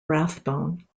rathbone